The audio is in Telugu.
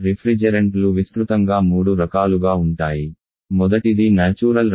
రిఫ్రిజెరెంట్లు విస్తృతంగా మూడు రకాలుగా ఉంటాయి మొదటిది సహజ శీతలకరణి